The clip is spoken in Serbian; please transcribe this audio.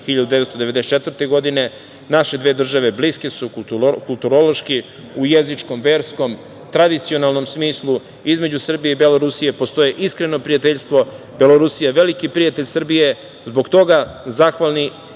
1994. godine. Naše dve države bliske su kulturološki, u jezičkom, verskom, tradicionalnom smislu. Između Srbije i Belorusije postoji iskreno prijateljstvo. Belorusija je veliki prijatelj Srbije i zbog toga smo zahvalni,